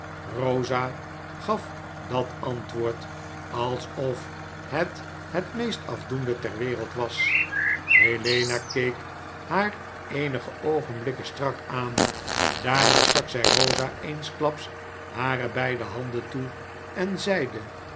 eosa gaf dat antwoord alsof het het meest afdoende ter wereld was helena keek haar eenige oogenblikken strak aan daarna stak zy eosa eensklaps hare beide handen toe en zeide